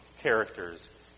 characters